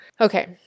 Okay